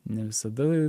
ne visada